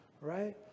right